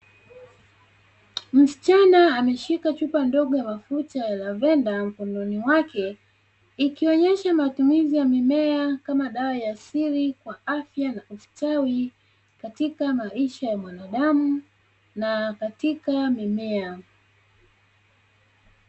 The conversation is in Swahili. Msichana ameshika chupa ndogo ya mafuta ya "Lavender" mkononi mwake, ikionyesha matumizi ya mimea kama dawa ya asili kwa afya na ustawi katika maisha ya mwanadamu na katika mimea.